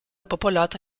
popolato